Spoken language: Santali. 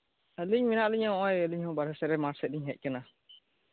ᱟᱞᱤᱧ ᱢᱮᱱᱟᱜ ᱞᱤᱧᱟ ᱱᱚᱜᱼᱚᱭ ᱟᱹᱞᱤᱧ ᱦᱚᱸ ᱵᱟᱦᱨᱮ ᱥᱮᱫᱨᱮ ᱢᱟᱴᱷ ᱥᱮᱫ ᱞᱤᱧ ᱦᱮᱡ ᱟᱠᱟᱱᱟ